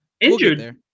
Injured